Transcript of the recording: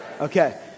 Okay